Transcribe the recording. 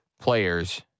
players